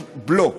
יש בלו.